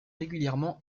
régulièrement